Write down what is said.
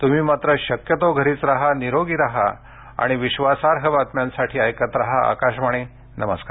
तूम्ही मात्र शक्यतो घरीच राहा निरोगी राहा आणि विश्वासार्ह बातम्यांसाठी ऐकत राहा आकाशवाणी नमस्कार